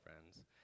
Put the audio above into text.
friends